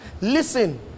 Listen